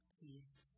peace